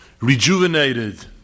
rejuvenated